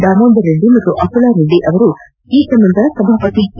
ದಾಮೋದರ ರೆಡ್ಡಿ ಮತ್ತು ಅಕುಲಾ ರೆಡ್ಡಿ ಅವರು ಈ ಸಂಬಂಧ ಸಭಾಪತಿ ಕೆ